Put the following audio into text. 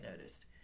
noticed